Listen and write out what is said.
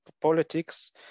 politics